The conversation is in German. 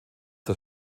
das